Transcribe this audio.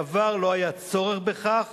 בעבר לא היה צורך בכך